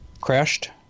crashed